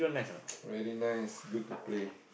very nice good to play